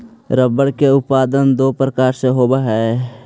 rubber के उत्पादन दो प्रकार से होवऽ हई